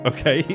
Okay